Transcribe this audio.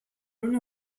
una